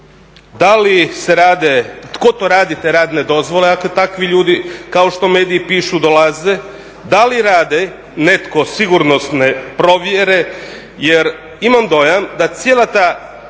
da li se rade, tko to radi te radne dozvole ako takvi ljudi kao što mediji pišu dolaze, da li radi netko sigurnosne provjere jer imam dojam da cijela ta